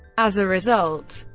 as a result,